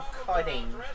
cutting